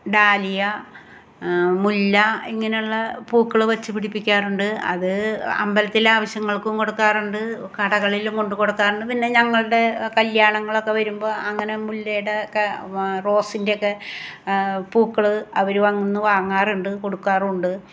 dahlia മുല്ല ഇങ്ങനെയുള്ള പൂക്കൾ വച്ച് പിടിപ്പിക്കാറുണ്ട് അത് അമ്പലത്തിലെ ആവശ്യങ്ങൾക്കും കൊടുക്കാറുണ്ട് കടകളിലും കൊണ്ട് കൊടുക്കാറുണ്ട് പിന്നെ ഞങ്ങളുടെ കല്ല്യാണങ്ങളൊക്കെ വരുമ്പോൾ അങ്ങനെ മുല്ലയുടെ ഒക്കെ റോസിൻ്റെ ഒക്കെ പൂക്കൾ അവർ വന്ന് വാങ്ങാറുണ്ട് കൊടുക്കാറും ഉണ്ട്